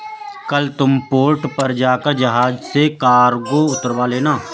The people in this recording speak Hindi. कल तुम पोर्ट पर जाकर जहाज से कार्गो उतरवा लेना